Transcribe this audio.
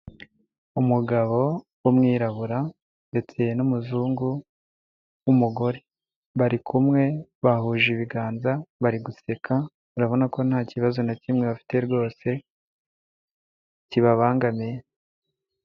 Umugabo w'umwirabura ndetse n'umuzungu w'umugore, bari kumwe bahuje ibiganza, bari guseka, urabona ko nta kibazo na kimwe bafite rwose kibabangamiye.